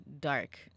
dark